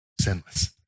sinless